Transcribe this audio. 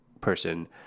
person